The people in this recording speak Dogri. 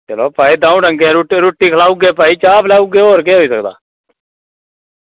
होर भई दौं डंगै रुट्टी ते चाह् पलाई ओड़गे होर केह् होई सकदा भई